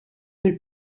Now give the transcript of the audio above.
mill